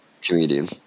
comedian